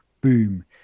boom